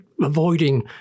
avoiding